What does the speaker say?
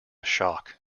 shock